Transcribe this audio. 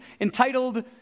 entitled